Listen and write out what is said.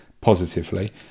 positively